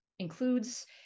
includes